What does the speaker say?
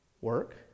Work